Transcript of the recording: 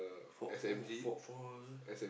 for oh for for